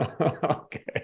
Okay